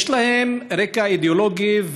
יש להם רקע אידאולוגי,